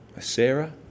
Sarah